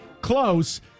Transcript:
Close